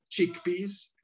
chickpeas